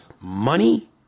money